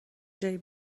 جایی